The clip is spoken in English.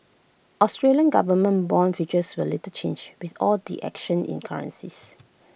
Australian government Bond futures were little changed with all the action in currencies